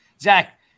Zach